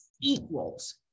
equals